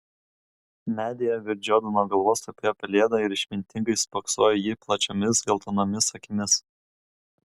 medyje virš džordano galvos tupėjo pelėda ir išmintingai spoksojo į jį plačiomis geltonomis akimis